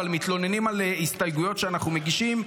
אבל מתלוננים על הסתייגויות שאנחנו מגישים,